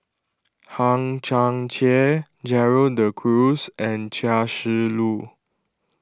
Hang Chang Chieh Gerald De Cruz and Chia Shi Lu